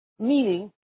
Meaning